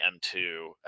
M2